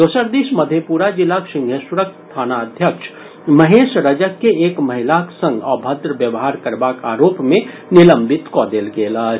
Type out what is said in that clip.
दोसर दिस मधेपुरा जिलाक सिंहेश्वरक थानाध्यक्ष महेश रजक के एक महिलाक संग अभद्र व्यवहार करबाक आरोप मे निलंबित कऽ देल गेल अछि